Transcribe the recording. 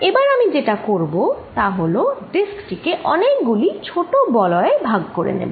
এবার আমি যেটা করব তা হল ডিস্ক টি কে অনেকগুলি ছোট বলয়ে বাই করে নেব